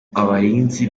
abarinzi